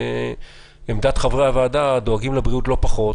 חברי הוועדה דואגים לבריאות לא פחות,